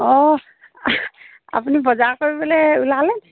অঁ আপুনি বজাৰ কৰিবলৈ ওলালেনি